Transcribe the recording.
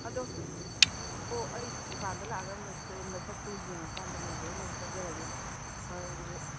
ꯑꯗꯣ ꯑꯣ ꯑꯩ ꯗꯨꯀꯥꯟꯗ ꯂꯥꯛꯑꯒ ꯃꯁꯛꯇꯣ ꯌꯦꯡꯉꯀꯥꯟꯗꯅꯦ ꯂꯣꯏꯅꯃꯛ ꯈꯟꯖꯔꯒꯦ